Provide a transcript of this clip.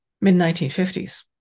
mid-1950s